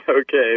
okay